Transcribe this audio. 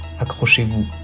Accrochez-vous